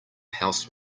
house